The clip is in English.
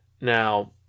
Now